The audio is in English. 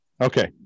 Okay